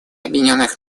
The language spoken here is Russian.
объединенных